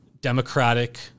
democratic